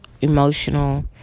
emotional